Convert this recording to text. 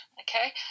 Okay